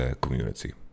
community